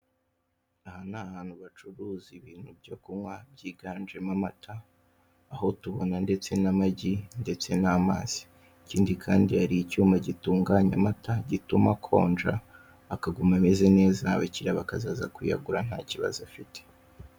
Aha ni ahantu bacuruza ibintu byo kunywa higanjemo amata, aho tubona ndetse n'amagi ndetse n'amazi ikindi kandi hari icyuma gitunganya amata gituma akonja akaguma ameze neza abakiriya bakazaza kuyagura ntakibazo afite,